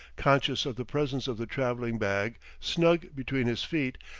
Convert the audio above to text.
conscious of the presence of the traveling bag, snug between his feet,